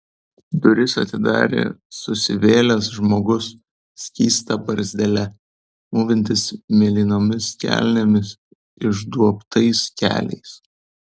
duris atidarė susivėlęs žmogus skysta barzdele mūvintis mėlynomis kelnėmis išduobtais keliais